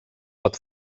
pot